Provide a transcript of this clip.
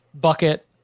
bucket